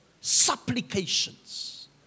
supplications